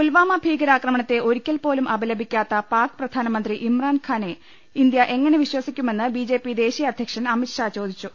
പുൽവാമ ഭീകരാക്രമണത്തെ ഒരിക്കൽപോലും അപലപി ക്കാത്ത പാക്ക് പ്രധാനമന്ത്രി ഇമ്രാൻഖാനെ ഇന്ത്യ എങ്ങനെ വിശ്വസിക്കുമെന്ന് ബിജെപി ദേശീയ അധ്യക്ഷൻ അമിത്ഷാ ചോദിച്ചു